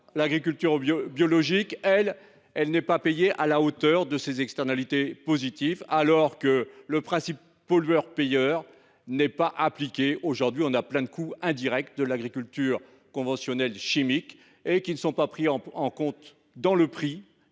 L’agriculture biologique n’est pas payée à la hauteur de ses externalités positives, alors que le principe pollueur payeur n’est pas appliqué aujourd’hui. Les coûts indirects de l’agriculture conventionnelle chimique ne sont pas répercutés dans le prix